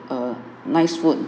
nice food